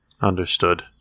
Understood